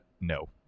No